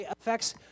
affects